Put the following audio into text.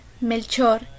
Melchor